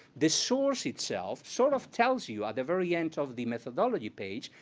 this source itself sort of tells you at the very end of the methodology page,